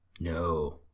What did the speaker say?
No